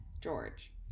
George